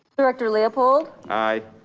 director, leopold, aye.